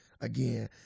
again